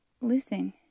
listen